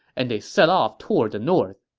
and they set off toward the north.